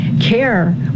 care